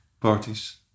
parties